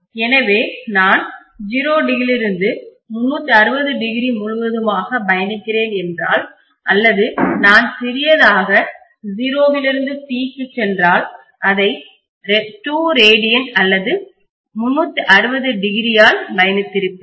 எனவே நான் 0o−360o முழுவதுமாக பயணிக்கிறேன் என்றால் அல்லது நான் சிறியதாகச் 0 விலிருந்து T க்கு சென்றால் இதை 2 rad அல்லது 360o ஆல் பயணித்திருப்பேன்